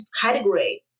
category